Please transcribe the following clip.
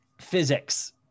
Physics